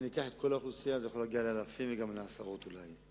אם אקח את כל האוכלוסייה זה יכול להגיע לאלפים ואולי גם לעשרות אלפים.